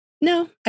no